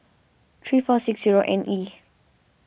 three four six zero N E